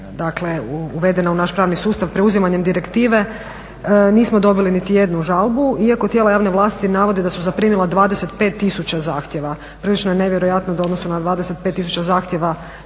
dakle uvedena u naš pravni sustav preuzimanjem direktive nismo dobili niti jednu žalbu iako tijela javne vlasti navode da su zaprimila 25 000 zahtjeva. Prilično je nevjerojatno da u odnosu na 25 000 zahtjeva